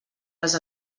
les